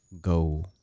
go